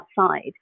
outside